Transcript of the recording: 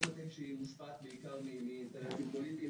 אין ספק שהיא מושפעת בעיקר מאינטרסים פוליטיים,